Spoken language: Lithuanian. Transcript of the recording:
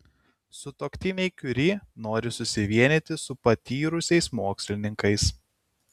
sutuoktiniai kiuri nori susivienyti su patyrusiais mokslininkais